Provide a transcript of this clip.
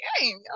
game